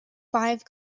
five